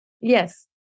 Yes